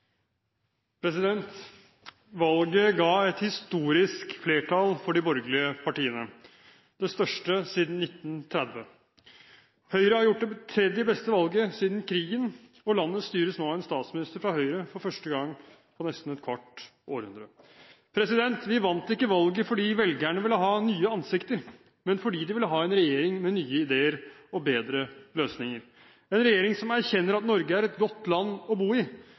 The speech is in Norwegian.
største siden 1930. Høyre har gjort det tredje beste valget siden krigen, og landet styres nå av en statsminister fra Høyre for første gang på nesten et kvart århundre. Vi vant ikke valget fordi velgerne ville ha nye ansikter, men fordi de ville ha en regjering med nye ideer og bedre løsninger; en regjering som erkjenner at Norge er et godt land å bo i,